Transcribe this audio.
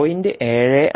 75 സീമെൻസായി ലഭിക്കും